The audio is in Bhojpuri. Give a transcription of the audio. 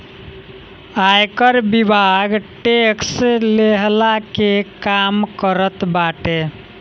आयकर विभाग टेक्स लेहला के काम करत बाटे